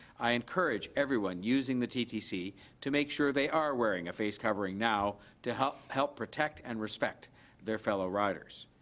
i encourage everyone using the ttc to make sure they are wearing a face covering now to help help protect and respect their fellow riders.